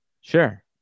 sure